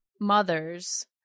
mothers